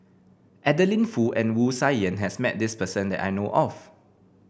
Adeline Foo and Wu Tsai Yen has met this person that I know of